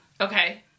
Okay